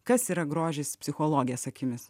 kas yra grožis psichologės akimis